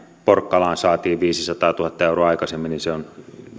porkkalaan saatiin viisisataatuhatta euroa aikaisemmin joten myös se on